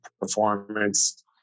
performance